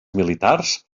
militars